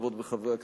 חברות וחברי הכנסת,